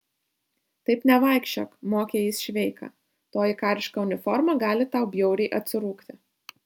taip nevaikščiok mokė jis šveiką toji kariška uniforma gali tau bjauriai atsirūgti